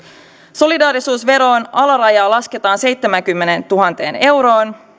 solidaarisuusveron alarajaa lasketaan seitsemäänkymmeneentuhanteen euroon